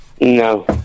No